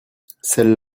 celles